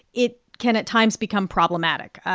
it can at times become problematic.